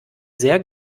sehr